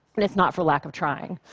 and it's not for lack of trying.